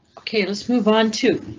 ok, let's move on to.